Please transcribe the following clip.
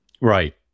Right